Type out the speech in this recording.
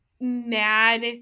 mad